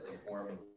informing